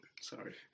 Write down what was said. Sorry